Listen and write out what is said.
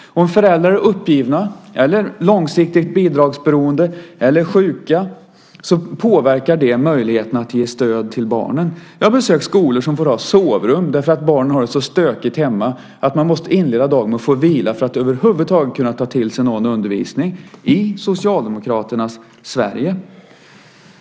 Om föräldrar är uppgivna, långsiktigt bidragsberoende eller sjuka så påverkar det möjligheterna att ge stöd till barnen. Jag har besökt skolor som får ha sovrum, därför att barnen har det så stökigt hemma att de måste inleda dagen med att få vila för att över huvud taget kunna ta till sig någon undervisning - i Socialdemokraternas Sverige.